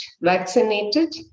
vaccinated